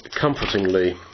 comfortingly